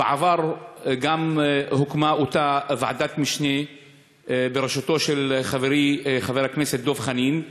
בעבר גם הוקמה אותה ועדת משנה בראשותו של חברי חבר הכנסת דב חנין,